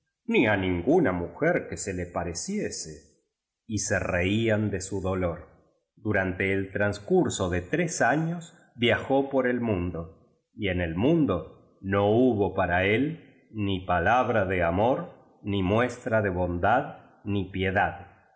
ni á ninguna mujer qub se le pareciese y se roían de su dolor durante el transcurso de tres años viajó por el mundo y en el mundo no hubo para él ni palabra de amor ni muestra de bondad ni piedad